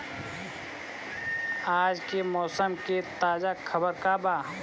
आज के मौसम के ताजा खबर का बा?